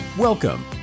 Welcome